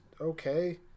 okay